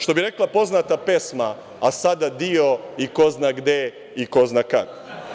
Što bi rekla poznata pesma: „A sad adio i ko zna gde i ko zna kad“